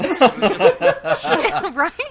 Right